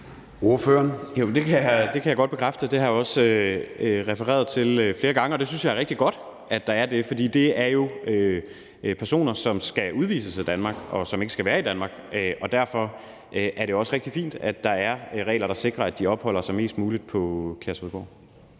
det kan jeg godt bekræfte, og det har jeg også refereret til flere gange. Og jeg synes, det er rigtig godt, at der er det, for det er jo personer, som skal udvises af Danmark, og som ikke skal være i Danmark. Derfor er det også rigtig fint, at der er regler, der sikrer, at de opholder sig mest muligt på Kærshovedgård.